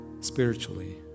Spiritually